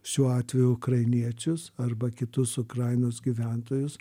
šiuo atveju ukrainiečius arba kitus ukrainos gyventojus